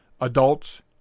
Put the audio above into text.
adults